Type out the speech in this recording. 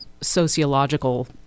sociological